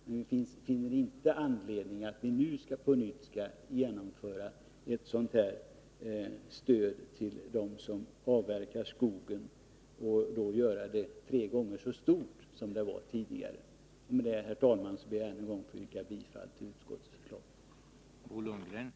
Men jag finner inte anledning att vi nu på nytt skall genomföra ett sådant stöd till dem som avverkar skogen, och göra det tre gånger så stort som det var tidigare. Med detta, herr talman, ber jag än en gång att få yrka bifall till utskottets förslag.